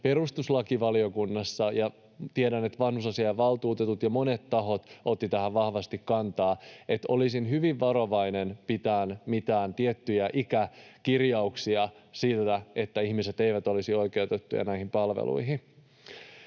perustuslakivaliokunnassa, ja tiedän, että vanhusasiainvaltuutetut ja monet tahot ottivat tähän vahvasti kantaa. Olisin hyvin varovainen pitämään mitään tiettyjä ikäkirjauksia siinä, että ihmiset eivät olisi oikeutettuja näihin palveluihin.